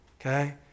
Okay